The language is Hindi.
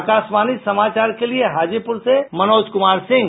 आकाशवाणी समाचार के लिए हाजीपुर से मनोज कुमार सिंह